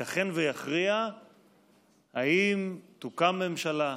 ייתכן ויכריע האם תוקם ממשלה,